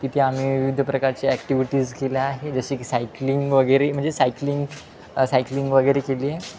तिथे आम्ही विविध प्रकारचे ॲक्टिव्हिटीज केल्या आहे जसे की सायक्लिंग वगैरे म्हणजे सायक्लिंग सायक्लिंग वगैरे केली आहे